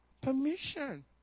permission